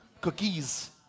cookies